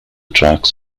tracks